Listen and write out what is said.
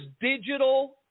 digital